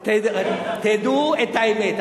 תדעו את האמת.